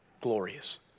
glorious